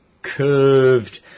Curved